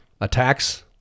attacks